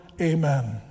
Amen